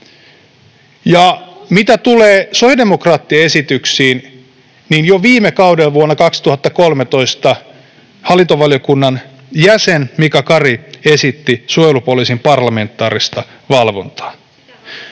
Mitä tulee sosiaalidemokraattien esityksiin, niin jo viime kaudella vuonna 2013 hallintovaliokunnan jäsen Mika Kari esitti suojelupoliisin parlamentaarista valvontaa.